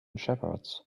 shepherds